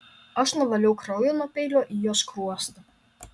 aš nuvaliau kraują nuo peilio į jo skruostą